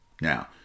Now